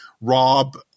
Rob